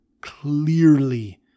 clearly